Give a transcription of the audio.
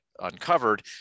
uncovered